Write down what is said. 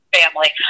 family